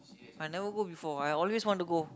I never go before I always want to go